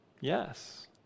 Yes